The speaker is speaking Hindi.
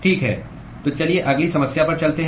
ठीक है तो चलिए अगली समस्या पर चलते हैं